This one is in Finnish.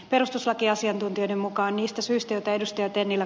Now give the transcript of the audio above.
perustuslakiasiantuntijoiden mukaan niistä syistä joita ed